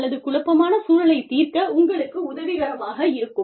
அல்லது குழப்பமான சூழலைத் தீர்க்க உங்களுக்கு உதவிகரமாக இருக்கும்